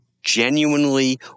genuinely